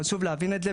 חשוב להבין את זה.